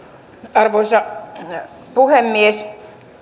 arvoisa puhemies